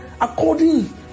according